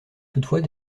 toutefois